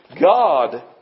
God